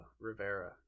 rivera